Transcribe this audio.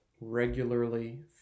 regularly